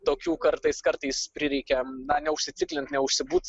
tokių kartais kartais prireikia na neužsiciklint neužsibūt